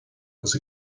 agus